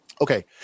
Okay